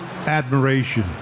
Admiration